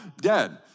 dead